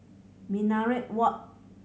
Minaret Walk